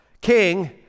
King